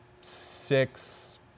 six